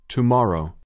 Tomorrow